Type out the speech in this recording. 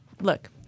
Look